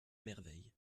merveille